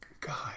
God